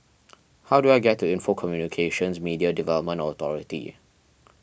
how do I get to Info Communications Media Development Authority